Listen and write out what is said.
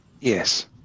Yes